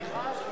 התשע"א 2011,